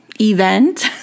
event